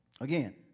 Again